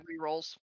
rerolls